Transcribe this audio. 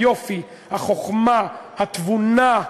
היופי, החוכמה, התבונה,